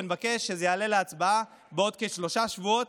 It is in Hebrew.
ונבקש שזה יעלה להצבעה בעוד כשלושה שבועות,